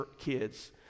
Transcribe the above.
kids